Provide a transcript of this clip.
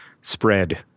spread